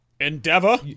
Endeavor